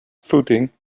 footing